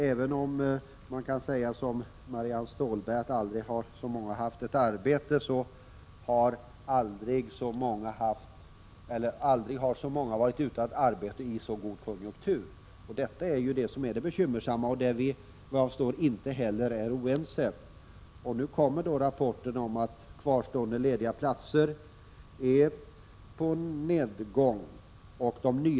Även om man kan säga som Marianne Stålberg, att aldrig har så många haft ett arbete, så har aldrig så många varit utan arbete i så god konjunktur. Det är ju detta som är det bekymmersamma, och därvidlag är vi inte oense. Nu kommer rapporten om att antalet kvarstående lediga platser är på nedgående.